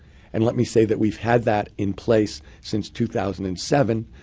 and let me say that we've had that in place since two thousand and seven,